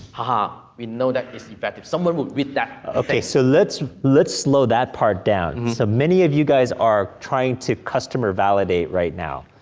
aha, we know that it's effective, someone will use that. okay, so let's let's slow that part down. so, many of you guys are trying to customer validate right now,